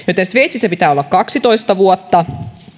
sveitsissä pitää siis olla kaksitoista vuotta